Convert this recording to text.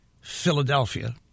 Philadelphia